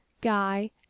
Guy